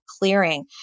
clearing